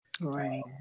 Right